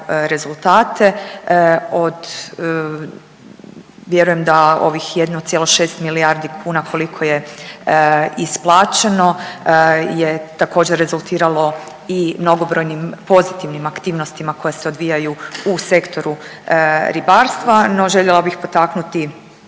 rezultate, od, vjerujem da ovih 1,6 milijardi kuna, koliko je isplaćeno, je također, rezultiralo i mnogobrojnim pozitivnim aktivnosti koje se odvijaju u sektoru ribarstva, no željela bih potaknuti